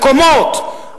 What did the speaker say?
מקומות,